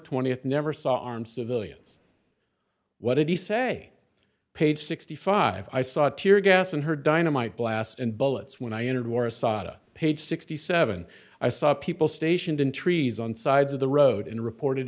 th never saw armed civilians what did he say page sixty five i saw tear gas and heard dynamite blast and bullets when i entered war assata page sixty seven i saw people stationed in trees on sides of the road and reported